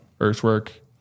earthwork